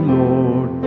lord